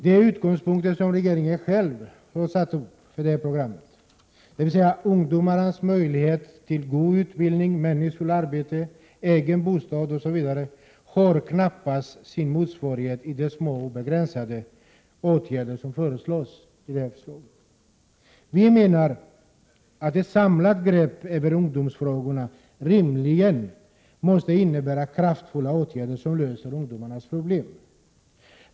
De mål som regeringen själv har satt upp för programmet — ungdomars möjlighet till god utbildning, meningsfullt arbete, egen bostad osv. — har knappast sin motsvarighet i de små och begränsade åtgärder som föreslås. Vi menar att ett samlat grepp över ungdomsfrågorna rimligen måste innebära kraftfulla åtgärder som löser ungdomarnas problem.